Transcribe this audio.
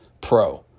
pro